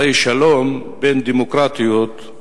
הרי שלום בין דמוקרטיות,